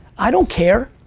i don't care.